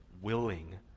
willing